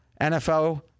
NFL